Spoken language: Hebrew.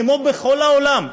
כמו בכל העולם,